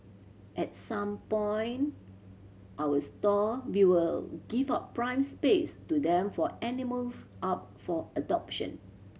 at some boy our store we will give out prime space to them for animals up for adoption